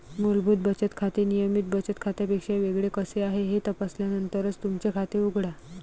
मूलभूत बचत खाते नियमित बचत खात्यापेक्षा वेगळे कसे आहे हे तपासल्यानंतरच तुमचे खाते उघडा